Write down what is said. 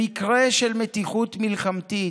במקרה של מתיחות מלחמתית